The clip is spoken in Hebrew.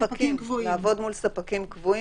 לעבוד מול ספקים קבועים,